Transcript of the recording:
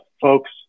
folks